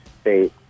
state